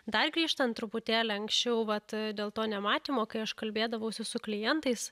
dar grįžtant truputėlį anksčiau vat dėl to nematymo kai aš kalbėdavausi su klientais